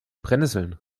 brennnesseln